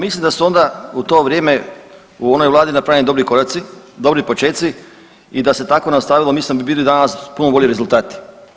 Pa mislim da su onda u to vrijeme u onoj vladi napravljeni dobri koraci, dobri počeci i da se tako nastavilo mislim da bi bili danas puno bolji rezultati.